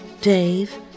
Dave